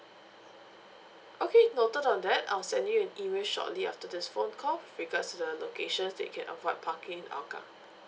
okay noted on that I'll send you an email shortly after this phone call with regards to the locations that you can avoid parking in hougang